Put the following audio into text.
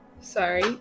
Sorry